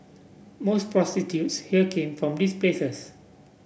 most prostitutes here came from these places